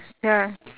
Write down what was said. ya